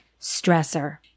stressor